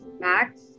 max